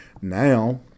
now